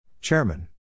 Chairman